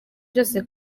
byose